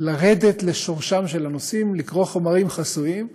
לרדת לשורשם של הנושאים, לקרוא חומרים חסויים,